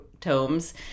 tomes